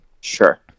Sure